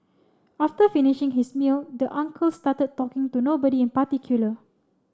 after finishing his meal the uncle started talking to nobody in particular